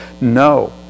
no